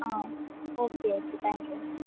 ah okay okay thank you